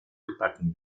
gebacken